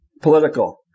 political